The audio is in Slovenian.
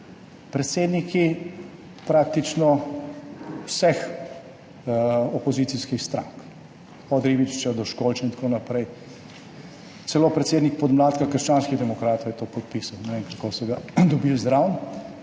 Predsedniki praktično vseh opozicijskih strank, od Ribičiča do Školča in tako naprej, celo predsednik podmladka krščanskih demokratov je to podpisal. Ne vem, kako so ga dobili zraven.